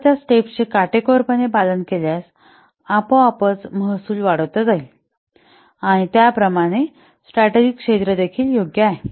तर त्या स्टेप्स चे काटेकोरपणे पालन केल्यास आपोआपच महसूल वाढविला जाईल आणि त्याचप्रमाणे स्ट्रॅटेजिक क्षेत्र देखील योग्य आहे